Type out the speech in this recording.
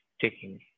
taking